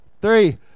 three